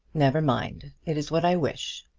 never mind. it is what i wish.